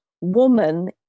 woman